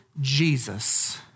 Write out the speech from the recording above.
Jesus